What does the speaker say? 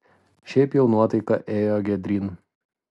šiaip jau nuotaika ėjo giedryn